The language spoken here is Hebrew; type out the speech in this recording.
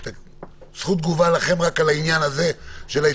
זכות תגובה לכם על עניין ההתקהלויות.